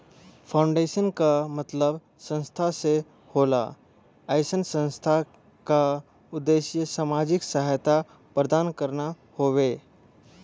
foundation क मतलब संस्था से होला अइसन संस्था क उद्देश्य सामाजिक सहायता प्रदान करना हउवे